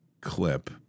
clip